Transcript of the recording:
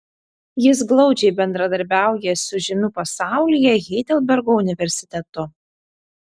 jis glaudžiai bendradarbiauja su žymiu pasaulyje heidelbergo universitetu